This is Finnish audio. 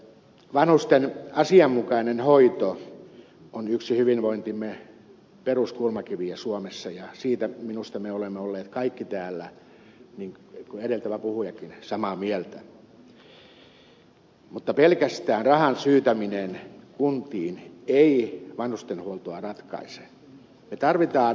vanhusten asianmukainen hoito on yksi hyvinvointimme peruskulmakiviä suomessa ja siitä minusta me olemme olleet kaikki täällä niin kuin edeltävä puhujakin samaa mieltä mutta pelkästään rahan syytäminen kuntiin ei vanhustenhuoltoa ratkaise